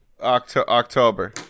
october